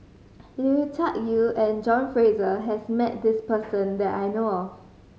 Lui Tuck Yew and John Fraser has met this person that I know of